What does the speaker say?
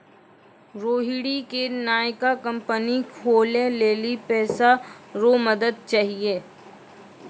रोहिणी के नयका कंपनी खोलै लेली पैसा रो मदद चाहियो